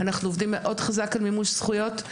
אנחנו עובדים מאוד חזק על מימוש זכויות.